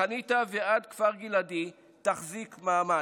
מחניתה ועד כפר גלעדי, תחזיק מעמד,